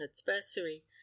adversary